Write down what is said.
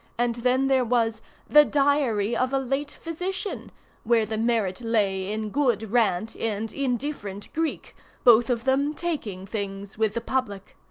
and then there was the diary of a late physician where the merit lay in good rant, and indifferent greek both of them taking things with the public.